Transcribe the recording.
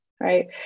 right